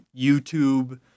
YouTube